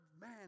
Man